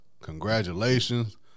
Congratulations